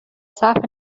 صرف